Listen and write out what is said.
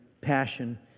passion